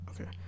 okay